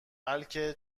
بلکه